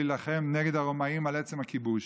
להילחם נגד הרומאים על עצם הכיבוש,